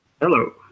Hello